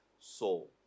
soul